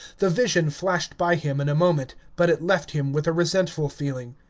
the vision flashed by him in a moment, but it left him with a resentful feeling.